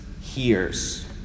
hears